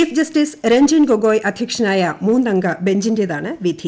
chief justice Ranjan Gogoi അധ്യക്ഷനായ മൂന്നംഗ ബെഞ്ചിന്റേതാണ് വിധി